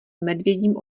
medvědím